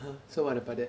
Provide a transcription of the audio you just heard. so what about it